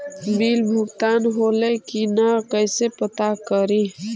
Bill भुगतान होले की न कैसे पता करी?